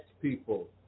people